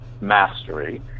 mastery